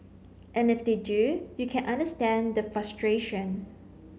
and if they do you can understand the frustration